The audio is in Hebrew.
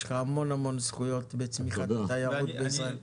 לך המון זכויות בצמיחת התיירות במדינת ישראל.